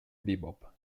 bebop